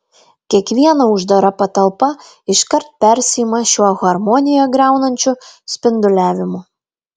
kiekviena uždara patalpa iškart persiima šiuo harmoniją griaunančiu spinduliavimu